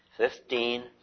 Fifteen